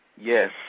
Yes